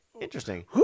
Interesting